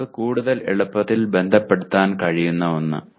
ഒരാൾക്ക് കൂടുതൽ എളുപ്പത്തിൽ ബന്ധപ്പെടുത്താൻ കഴിയുന്ന ഒന്ന്